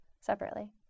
separately